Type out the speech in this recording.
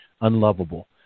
unlovable